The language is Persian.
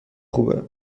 خوبه